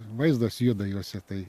vaizdas juda jose tai